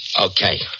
Okay